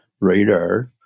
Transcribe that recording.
radar